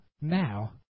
now